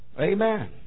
Amen